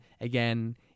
again